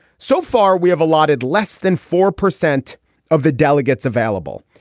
so far, we have a lot at less than four percent of the delegates available.